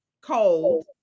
cold